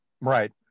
Right